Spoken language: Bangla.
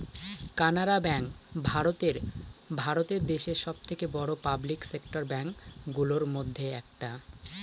কানাড়া ব্যাঙ্ক ভারত দেশে সব থেকে বড়ো পাবলিক সেক্টর ব্যাঙ্ক গুলোর মধ্যে একটা